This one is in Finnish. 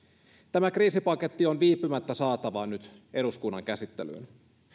tämä kriisipaketti on viipymättä saatava nyt eduskunnan käsittelyyn